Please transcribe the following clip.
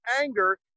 anger